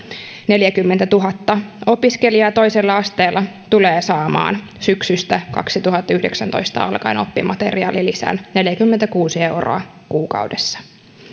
neljäkymmentätuhatta opiskelijaa toisella asteella tulee saamaan syksystä kaksituhattayhdeksäntoista alkaen oppimateriaalilisän neljäkymmentäkuusi euroa kuukaudessa